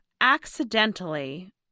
accidentally